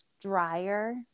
drier